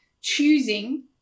choosing